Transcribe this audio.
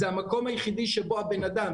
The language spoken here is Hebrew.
זה המקום היחידי שבו הבן אדם,